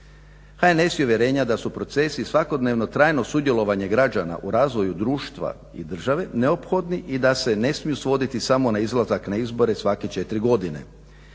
HNS je uvjerenja da su procesi svakodnevno trajno sudjelovanje građana u razvoju društva i države neophodni i da se ne smiju svoditi samo na izlazak na izbore svake četiri godine.